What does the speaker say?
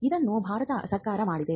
ಇದನ್ನು ಭಾರತ ಸರ್ಕಾರ ಮಾಡಿದೆ